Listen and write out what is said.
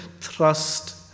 trust